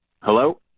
Hello